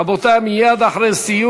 ולכן מבצע "צוק